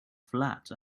flat